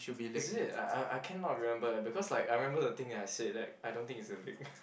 is it I I cannot remember leh because like I remember the things I said that I don't think it's a leak